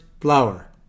flower